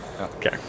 Okay